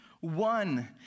One